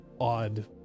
odd